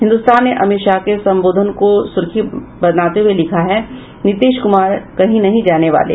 हिन्दुस्तान ने अमित शाह के संबोधन को सुर्खी बनाते हुए लिखा है नीतीश कुमार कहीं नहीं जाने वाले